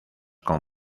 con